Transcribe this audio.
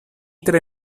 tre